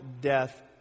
death